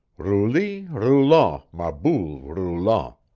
rouli roulant, ma boule roulant.